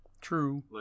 True